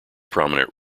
prominent